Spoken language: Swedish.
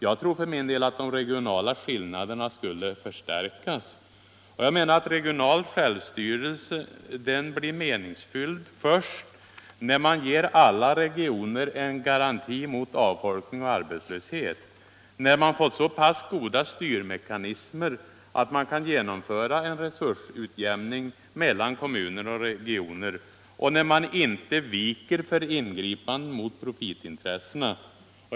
Jag tror för min del att de regionala skillnaderna skulle förstärkas och menar att regional självstyrelse blir meningsfull först när man ger alla regioner en garanti mot avfolkning och arbetslöshet, när man fått så pass goda styrmekanismer att man kan genomföra en resursutjämning mellan kommuner och regioner och när man inte tvekar om att företa ingripanden mot profitintressena.